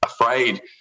afraid